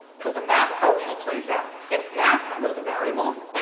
cause the math always plays out. if math was the variable,